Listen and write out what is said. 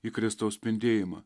į kristaus spindėjimą